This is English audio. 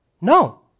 No